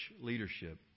leadership